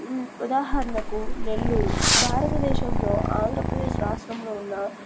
ఉదాహరణకు నెల్లూరు భారతదేశంలో ఆంధ్రప్రదేశ్ రాష్ట్రంలో ఉన్న